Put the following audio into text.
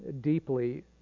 deeply